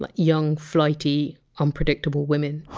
like young flighty unpredictable women,